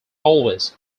always